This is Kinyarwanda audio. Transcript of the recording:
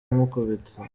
amukubita